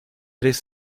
tres